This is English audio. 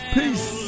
Peace